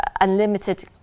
unlimited